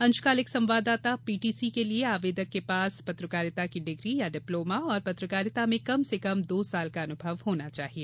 अंशकालिक संवाददाता पीटीसी के लिए आवेदक के पास पत्रकारिता की डिग्री या डिप्लोमा और पत्रकारिता में कम से कम दो वर्ष का अनुभव होना चाहिए